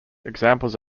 examples